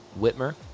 whitmer